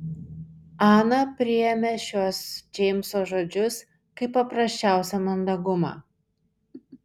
ana priėmė šiuos džeimso žodžius kaip paprasčiausią mandagumą